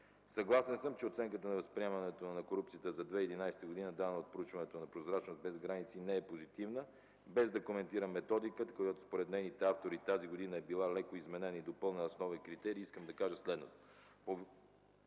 Съгласен съм, че оценката на възприемането на корупцията за 2011 г., давана от проучването на „Прозрачност без граници”, не е позитивна. Без да коментирам методиката, която според нейните автори тази година е била леко изменена и допълнена с нови критерии, искам да кажа следното.